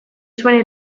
zuen